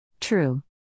True